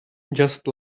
just